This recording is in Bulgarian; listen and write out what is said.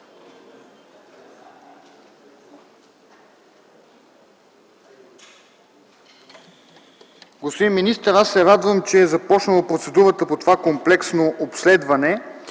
Господин министър, аз се радвам, че е започнала процедурата по това комплексно обследване,